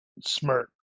smirk